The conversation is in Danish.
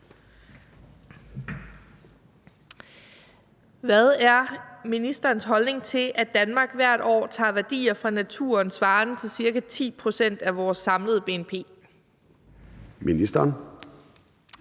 Hvad er ministerens holdning til, at Danmark hvert år tager værdier fra naturen svarende til ca. 10 pct. af vores samlede bnp? Kl.